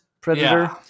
predator